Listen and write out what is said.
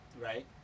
Right